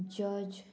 George